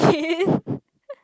okay